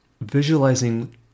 visualizing